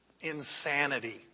insanity